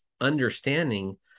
understanding